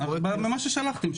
על מה ששלחתם,